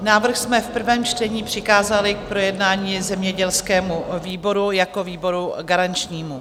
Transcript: Návrh jsme v prvém čtení přikázali k projednání zemědělskému výboru jako výboru garančnímu.